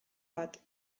bat